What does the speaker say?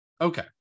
Okay